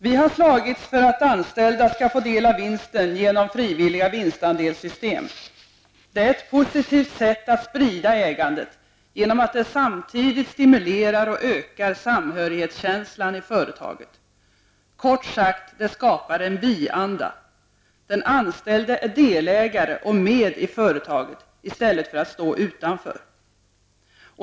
Vi har slagits för att anställda skall få del av vinsten genom frivilliga vinstandelssystem. Det är ett positivt sätt att sprida ägandet genom att det samtidigt stimulerar och ökar samhörighetskänslan i företaget -- kort sagt skapar en vi-anda. Den anställde är delägare i företaget i stället för att stå utanför.